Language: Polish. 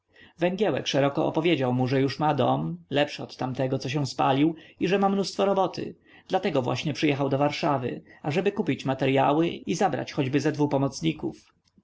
węgiełek szeroko opowiedział mu że już ma dom lepszy od tamtego co się spalił i że ma mnóstwo roboty dlatego właśnie przyjechał do warszawy ażeby kupić materyały i zabrać choćby ze dwu pomocników